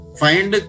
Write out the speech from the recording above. find